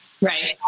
right